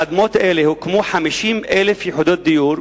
על אדמות אלה הוקמו 50,000 יחידות דיור